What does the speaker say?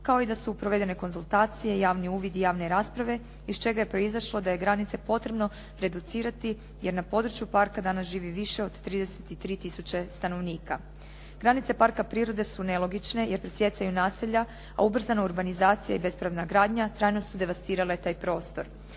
kao i da su provedene konzultacije, javni uvidi i javne rasprave iz čega je proizašlo da je granice potrebno reducirati jer na području parka danas živi više od 33 tisuće stanovnika. Granice parka prirode su nelogična jer presijecaju naselja a ubrzana urbanizacija i bespravna gradnja trajno su devastirale taj prostor.